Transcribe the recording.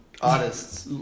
artists